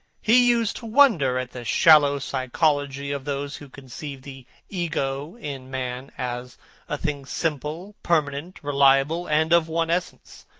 he used to wonder at the shallow psychology of those who conceive the ego in man as a thing simple, permanent, reliable, and of one essence.